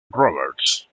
rovers